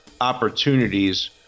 opportunities